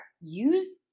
Use